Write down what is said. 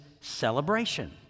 celebration